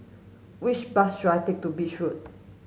which bus should I take to Beach Road